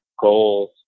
goals